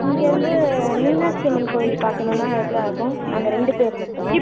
இங்கிருந்து மீனாட்சி அம்மன் கோயில் பார்க்கணும்னா எவ்வளோ ஆகும் நாங்கள் ரெண்டு பேர் மட்டும்